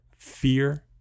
Fear